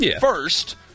first